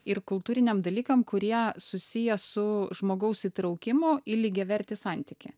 ir kultūriniam dalykam kurie susiję su žmogaus įtraukimu į lygiavertį santykį